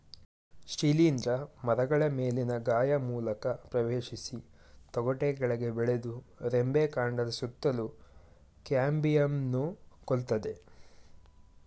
ಶಿಲೀಂಧ್ರ ಮರಗಳ ಮೇಲಿನ ಗಾಯ ಮೂಲಕ ಪ್ರವೇಶಿಸಿ ತೊಗಟೆ ಕೆಳಗೆ ಬೆಳೆದು ರೆಂಬೆ ಕಾಂಡದ ಸುತ್ತಲೂ ಕ್ಯಾಂಬಿಯಂನ್ನು ಕೊಲ್ತದೆ